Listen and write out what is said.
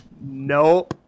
No